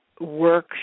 work